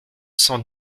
cent